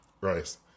Rice